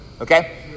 Okay